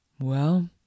Well